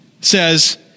says